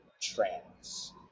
trans